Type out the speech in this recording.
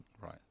Right